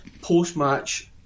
post-match